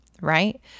right